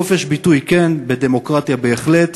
חופש ביטוי, כן, בדמוקרטיה בהחלט,